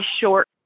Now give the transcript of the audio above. short